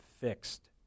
fixed